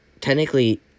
Technically